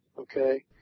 Okay